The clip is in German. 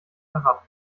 herab